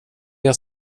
jag